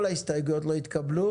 כל ההסתייגויות לא התקבלו.